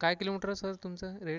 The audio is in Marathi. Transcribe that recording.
काय किलोमीटर आहे सर तुमचं रेट